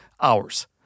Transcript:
hours